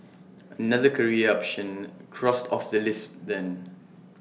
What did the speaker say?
another career option crossed off the list then